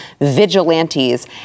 vigilantes